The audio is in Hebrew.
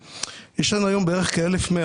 יש לנו היום בערך כ-1,100,